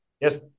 Yes